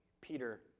Peter